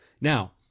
Now